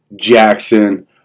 Jackson